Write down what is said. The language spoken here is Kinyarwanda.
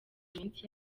iminsi